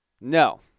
No